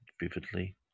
vividly